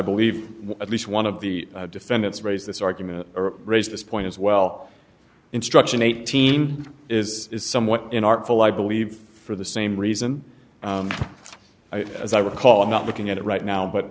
believe at least one of the defendants raised this argument or raised this point as well instruction eighteen is somewhat in artful i believe for the same reason as i recall i'm not looking at it right now but